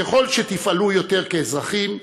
ככל שתפעלו יותר כאזרחים,